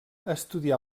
estudià